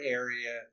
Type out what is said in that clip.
area